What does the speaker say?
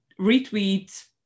retweet